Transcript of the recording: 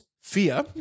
fear